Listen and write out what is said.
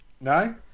no